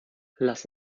lass